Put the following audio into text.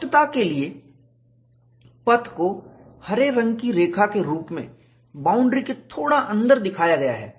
स्पष्टता के लिए पथ को हरे रंग की रेखा के रूप में बाउंड्री के थोड़ा अंदर दिखाया गया है